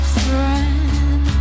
friend